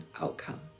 outcome